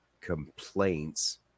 complaints